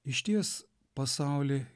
išties pasaulį